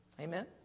Amen